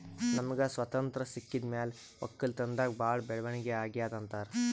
ನಮ್ಗ್ ಸ್ವತಂತ್ರ್ ಸಿಕ್ಕಿದ್ ಮ್ಯಾಲ್ ವಕ್ಕಲತನ್ದಾಗ್ ಭಾಳ್ ಬೆಳವಣಿಗ್ ಅಗ್ಯಾದ್ ಅಂತಾರ್